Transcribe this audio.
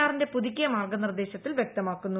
R ന്റെ പുതുക്കിയ മാർഗ്ഗനിർദ്ദേശത്തിൽ വൃക്തമാക്കുന്നു